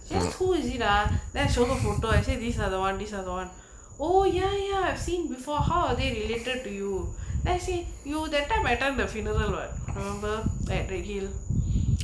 she asked who is it ah then saw her photo I say these are the [one] these are the [one] oh ya ya seen before how they related to you let's say you that time my time the funeral word remember at redhill